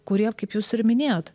kurie kaip jūs ir minėjot